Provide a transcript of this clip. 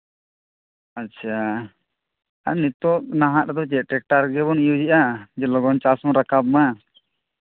ᱟᱪᱪᱷᱟ ᱟᱨ ᱱᱤᱛᱚᱜ ᱱᱟᱦᱟᱜ ᱨᱮᱫᱚ ᱪᱮᱫ ᱴᱮᱠᱴᱟᱨ ᱜᱮᱵᱚᱱ ᱤᱭᱩᱡᱽ ᱮᱫᱟ ᱡᱮ ᱞᱚᱜᱚᱱ ᱪᱟᱥ ᱵᱚᱱ ᱨᱟᱵᱟᱵ ᱢᱟ